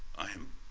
i am